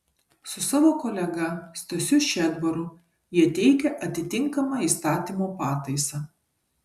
su savo kolega stasiu šedbaru jie teikia atitinkamą įstatymo pataisą